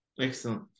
Excellent